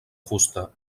fusta